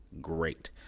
Great